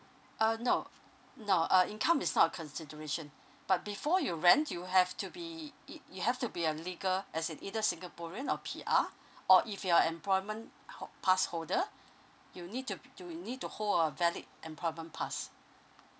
uh no now uh income is not a consideration but before you rent you have to be it you have to be a legal as in either singaporean or P_R or if you're employment ho~ pass holder you need to you need to hold a valid employment pass